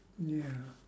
ya